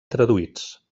traduïts